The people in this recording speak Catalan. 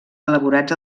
elaborats